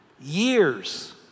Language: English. Years